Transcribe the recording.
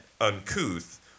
uncouth